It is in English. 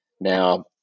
Now